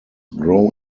grow